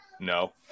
No